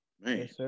man